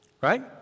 right